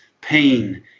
pain